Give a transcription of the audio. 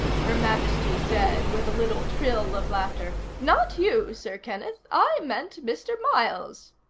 her majesty said with a little trill of laughter, not you, sir kenneth. i meant mr. miles.